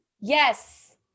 Yes